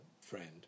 friend